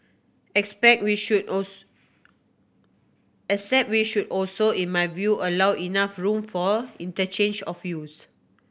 expect we should except we should also in my view allow enough room for interchange of views